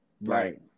Right